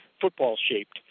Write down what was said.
football-shaped